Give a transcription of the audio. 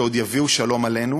שעוד יביאו שלום עלינו.